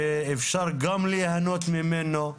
ואפשר גם להנות ממנו,